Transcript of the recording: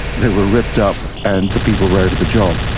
they were ripped up and the people were out of a job.